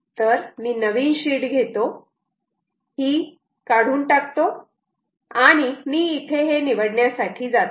तर मी नवीन शिट घेतो ही काढून टाकतो आणि मी इथे हे निवडण्यासाठी जातो